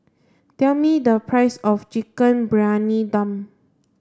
tell me the price of chicken Briyani Dum